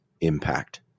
impact